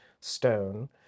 stone